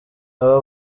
aba